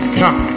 come